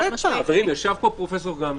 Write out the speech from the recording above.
ישב פה פרופ' גמזו.